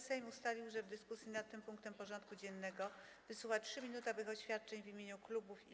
Sejm ustalił, że w dyskusji nad tym punktem porządku dziennego wysłucha 3-minutowych oświadczeń w imieniu klubów i kół.